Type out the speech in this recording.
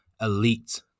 elite